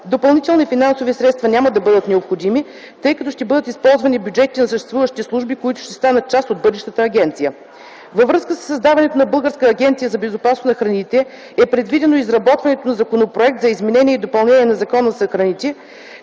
Допълнителни финансови средства няма да бъдат необходими, тъй като ще бъдат използвани бюджетите на съществуващите служби, които ще станат част от бъдещата агенция. Във връзка със създаването на Българска агенция за безопасност на храните е предвидено изработването на Законопроект за изменение и допълнение на Закона за храните,